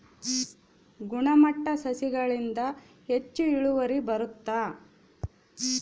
ಗುಣಮಟ್ಟ ಸಸಿಗಳಿಂದ ಹೆಚ್ಚು ಇಳುವರಿ ಬರುತ್ತಾ?